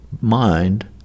mind